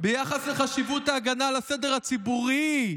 ביחס לחשיבות ההגנה על הסדר הציבורי,